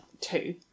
two